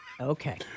Okay